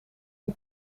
een